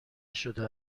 شده